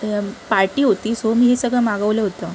party होती so मी हे सगळं मागवलं होतं